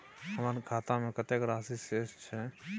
हमर खाता में कतेक राशि शेस छै?